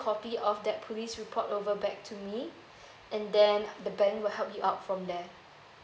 copy of that police report over back to me and then the bank will help you out from there